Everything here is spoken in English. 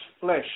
flesh